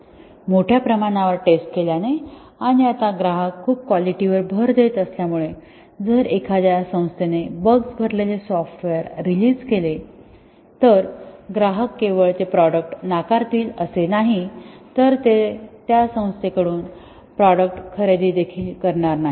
मोठ्या प्रमाणावर टेस्ट केल्याने आणि आता ग्राहक खूप क्वालिटी वर भर देत असल्यामुळे जर एखाद्या संस्थेने बग्सने भरलेले सॉफ्टवेअर रिलीझ केले तर ग्राहक केवळ ते प्रॉडक्ट नाकारतील असे नाही तर ते त्या संस्थेकडून प्रॉडक्ट खरेदी देखील करणार नाहीत